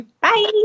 Bye